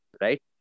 right